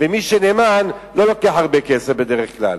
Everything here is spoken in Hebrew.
ומי שנאמן, לא לוקח הרבה כסף בדרך כלל.